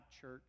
church